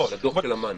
על הדוח של אמ"ן.